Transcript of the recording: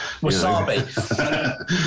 Wasabi